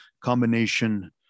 combination